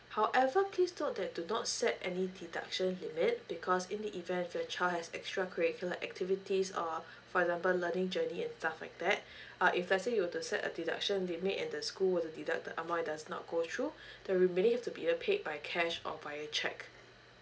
however please note that do not set any deduction limit because in the event where child has extra curricular activities or for example learning journey and stuff like that uh if let's say you were to set a deduction limit and the school were to deduct the amount it does not go through the remaining to be uh paid by cash or via cheque